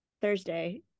Thursday